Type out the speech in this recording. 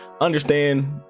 understand